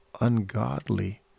ungodly